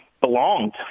belonged